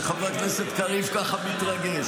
שחבר הכנסת קריב ככה מתרגש.